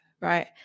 right